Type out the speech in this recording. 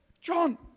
John